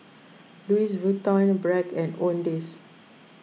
Louis Vuitton Bragg and Owndays